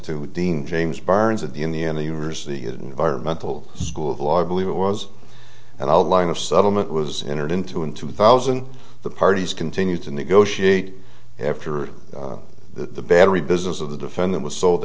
to dean james barnes of the indiana university it environmental school of law i believe it was an outline of settlement was in or into in two thousand the parties continue to negotiate after the battery business of the defendant was sold